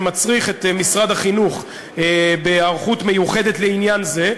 שמצריך היערכות מיוחדת במשרד החינוך לעניין זה.